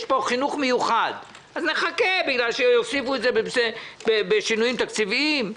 יש פה חינוך מיוחד אז נחכה בגלל שהוסיפו את זה בשינויים תקציביים?